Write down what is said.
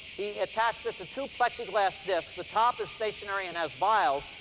he attached it to two plexiglass disks. the top is stationary and has vials.